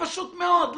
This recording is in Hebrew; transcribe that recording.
פשוט מאוד,